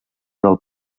del